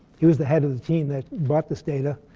he was the head of the team that brought this data.